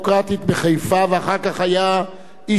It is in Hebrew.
ואחר כך היה איש שינוי וד"ש,